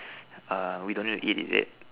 err we don't need to eat is it